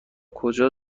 کجا